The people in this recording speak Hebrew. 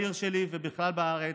בעיר שלי ובכלל בארץ,